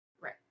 Right